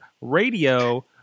Radio